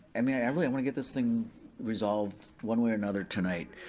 i mean i really, i wanna get this thing resolved one way or another tonight.